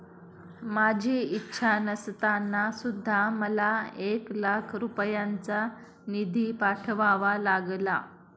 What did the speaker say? माझी इच्छा नसताना सुद्धा मला एक लाख रुपयांचा निधी पाठवावा लागला